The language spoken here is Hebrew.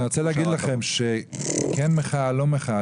אני רוצה להגיד לכם שכן מחאה או לא מחאה